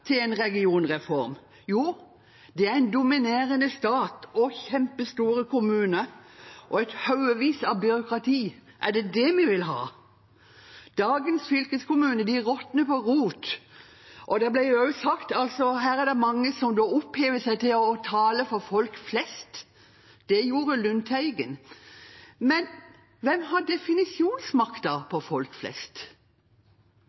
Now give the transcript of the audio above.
til en regionreform? Jo, det er en dominerende stat, kjempestore kommuner og haugevis av byråkrati. Er det det vi vil ha? Dagens fylkeskommuner råtner på rot. Det ble også sagt at her er det mange som opphever seg til å tale for folk flest – det gjorde representanten Lundteigen. Men hvem har definisjonsmakten